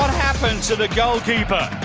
happened to the goalkeeper?